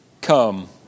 come